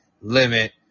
limit